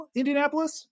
Indianapolis